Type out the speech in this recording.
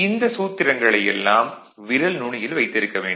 இந்த சூத்திரங்களை எல்லாம் விரல் நுனியில் வைத்திருக்க வேண்டும்